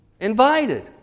invited